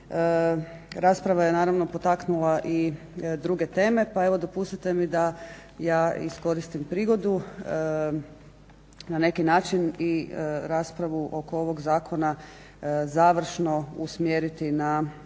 Rasprava je naravno potaknula i druge teme pa evo dopustite mi da ja iskoristim prigodu na neki način i raspravu oko ovog zakona završno usmjeriti na